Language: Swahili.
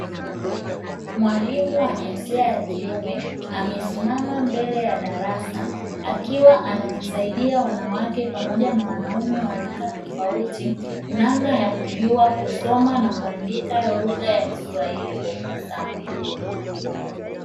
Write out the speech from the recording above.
Mwalimu wa jinsia ya kiume, amesimama mbele ya darasa, akiwa anawasaidia wanawake pamoja na wanaume wa rika tofauti namna ya kujua kusoma na kuandika lugha ya kiswahili kwa ufasaha.